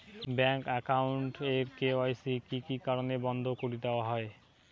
Bank account এর KYC কি কি কারণে বন্ধ করি দেওয়া হয়?